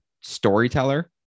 storyteller